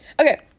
Okay